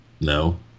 No